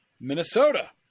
Minnesota